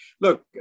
Look